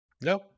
No